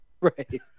Right